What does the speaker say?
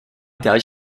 does